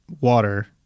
water